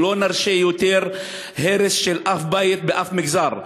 לא נרשה יותר הרס של שום בית בשום מגזר.